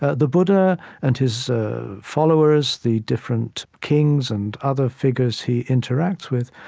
ah the buddha and his followers, the different kings and other figures he interacts with,